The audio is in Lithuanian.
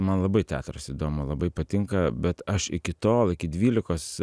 man labai teatras įdomu labai patinka bet aš iki tol iki dvylikos